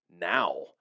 now